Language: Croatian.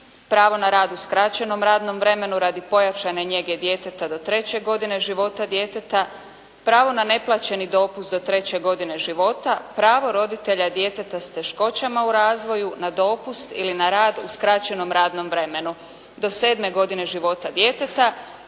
pravo na rad u skraćenom radnom vremenu radi pojačane njege djeteta do treće godine života djeteta, pravo na neplaćeni dopust do treće godine života, pravo roditelja djeteta s teškoćama u razvoju na dopust ili na rad u skraćenom radnom vremenu do sedme godine života djeteta,